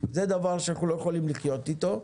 זה דבר שאנחנו לא יכולים לחיות איתו.